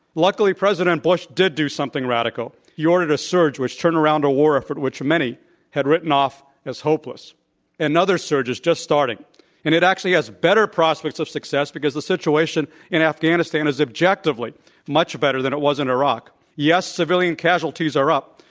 luckily president bush did do something radical. he ordered a surge which turned around a war effort which many had written off as hopeless. today another surge is juststarting, and it actually has better prospects of success because the situation in afghanistan is objectively much better than it was in iraq. yes, civilian casualties are up,